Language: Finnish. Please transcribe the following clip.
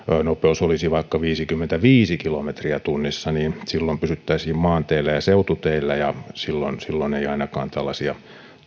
nopeus olisi vaikka viisikymmentäviisi kilometriä tunnissa silloin pysyttäisiin maanteillä ja seututeillä ja silloin silloin ei ainakaan tällaisia